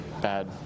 bad